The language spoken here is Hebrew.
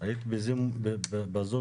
היית בזום איתנו?